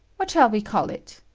what shall we call it.